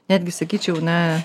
netgi sakyčiau na